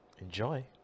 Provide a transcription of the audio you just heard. Enjoy